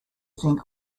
think